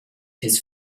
his